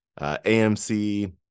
AMC